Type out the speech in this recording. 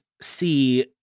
see